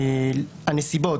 הנסיבות,